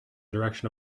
direction